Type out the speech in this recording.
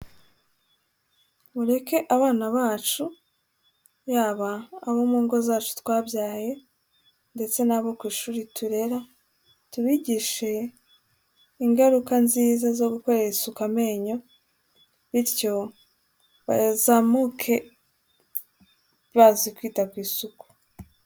Mureke abana bacu yaba abo mu ngo zacu twabyaye ndetse n'abo ku ishuri turera, tubigishe ingaruka nziza zo gukorera isuka amenyo, bityo bazamuke bazi kwita ku isuku.